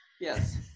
Yes